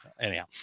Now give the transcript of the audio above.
anyhow